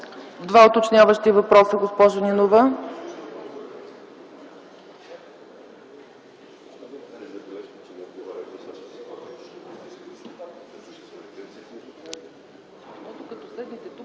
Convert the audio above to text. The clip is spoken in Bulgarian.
Двата уточняващи въпроса – госпожо Нинова,